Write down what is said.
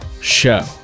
show